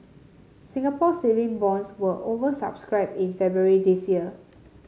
Singapore Saving Bonds were over subscribed in February this year